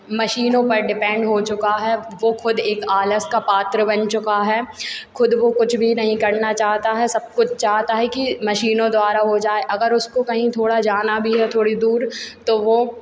मशीनों पर डिपेंड हो चुका है वो खुद एक आलस का पात्र बन चुका है खुद वो कुछ भी नहीं करना चाहता है सब कुछ चाहता है कि मशीनों द्वारा हो जाए अगर उसको कहीं थोड़ा जाना भी है थोड़ी दूर तो वो